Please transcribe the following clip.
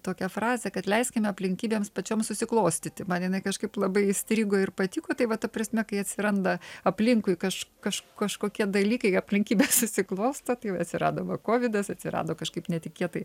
tokią frazę kad leiskime aplinkybėms pačioms susiklostyti man jinai kažkaip labai įstrigo ir patiko tai va ta prasme kai atsiranda aplinkui kaž kaž kažkokie dalykai aplinkybės susiklosto tai va atsirado va kovidas atsirado kažkaip netikėtai